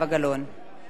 היא